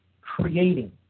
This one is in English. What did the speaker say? creating